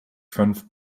fünf